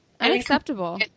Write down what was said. unacceptable